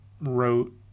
wrote